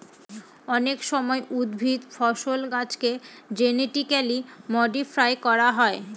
অনেক সময় উদ্ভিদ, ফসল, গাছেকে জেনেটিক্যালি মডিফাই করা হয়